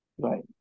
Right